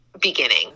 beginning